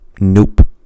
Nope